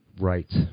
Right